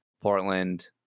Portland